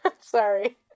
Sorry